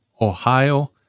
Ohio